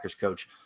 coach